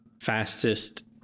fastest